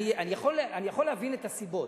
אני יכול להבין את הסיבות,